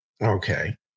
okay